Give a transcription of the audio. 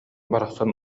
барахсан